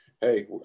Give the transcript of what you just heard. Hey